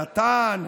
דתן,